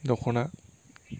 दख'ना